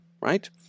right